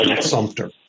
Sumter